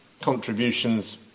contributions